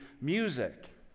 music